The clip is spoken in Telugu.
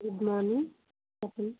గుడ్ మార్నింగ్ చెప్పండి